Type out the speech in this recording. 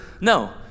No